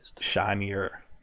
Shinier